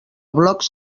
blocs